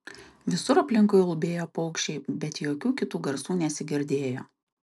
visur aplinkui ulbėjo paukščiai bet jokių kitų garsų nesigirdėjo